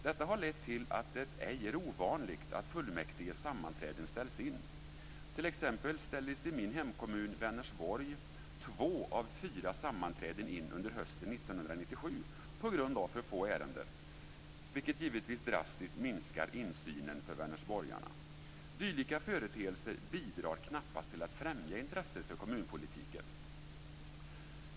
Detta har lett till att det ej är ovanligt att fullmäktiges sammanträden ställs in. T.ex. ställdes i min hemkommun, Vänersborg, två av fyra sammanträden in under hösten 1997 på grund av för få ärenden, vilket givetvis drastiskt minskar insynen för Vänersborgarna. Dylika företeelser bidrar knappast till att främja intresset för kommunpolitiken.